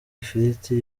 ifiriti